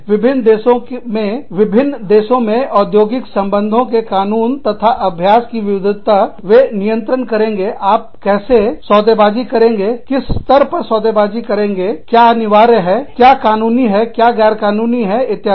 विभिन्न देशों में औद्योगिक संबंधों के कानून तथा अभ्यास की विविधता नियंत्रण करेगी कैसे आप वे नियंत्रण करेंगे आप कैसे सौदेबाजी सौदेकारी करेंगे किस स्तर पर सौदेबाजी सौदेकारी करेंगे क्या अनिवार्य है क्या कानूनी है क्या गैर कानूनी है इत्यादि